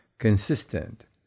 consistent